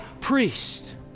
priest